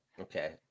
Okay